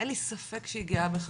אין לי ספק שהיא גאה בך,